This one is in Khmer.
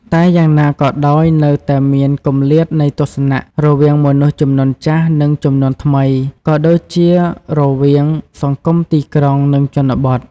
តែយ៉ាងណាក៏ដោយនៅតែមាន គម្លាតនៃទស្សនៈ រវាងមនុស្សជំនាន់ចាស់ និងជំនាន់ថ្មី ក៏ដូចជារវាងសង្គមទីក្រុង និងជនបទ ។